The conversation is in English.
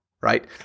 Right